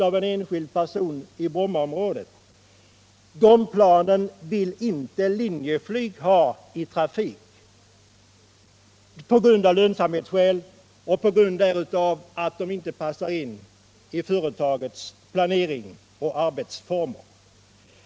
—- av en enskild person i Brommaområdet vill Linjeflyg inte ha i trafik, av lönsamhetsskäl och därför att de inte passar in i företagets planering och arbetsformer.